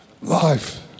Life